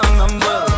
number